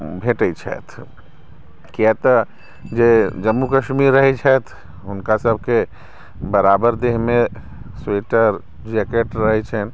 भेटैत छथि क्या तऽ जे जम्मू कश्मीर रहैत छथि हुनकासभके बराबर देहमे स्वेटर जैकेट रहैत छन्हि